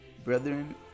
Brethren